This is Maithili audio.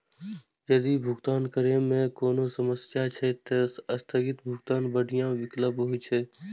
यदि भुगतान करै मे कोनो समस्या छै, ते स्थगित भुगतान बढ़िया विकल्प होइ छै